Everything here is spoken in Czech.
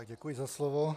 Děkuji za slovo.